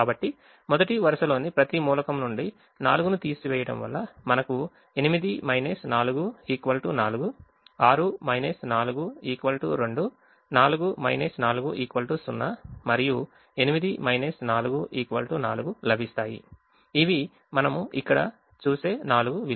కాబట్టి మొదటి వరుసలోని ప్రతి మూలకం నుండి 4 ను తీసివేయడం వల్ల మనకు 8 4 4 6 4 2 4 4 0 మరియు 8 4 4 లభిస్తాయి ఇవి మనం ఇక్కడ చూసే నాలుగు విలువలు